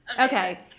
Okay